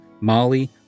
Molly